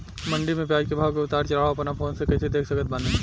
मंडी मे प्याज के भाव के उतार चढ़ाव अपना फोन से कइसे देख सकत बानी?